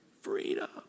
Freedom